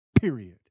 Period